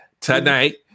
tonight